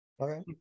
Okay